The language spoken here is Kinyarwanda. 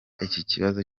ikibazo